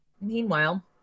Meanwhile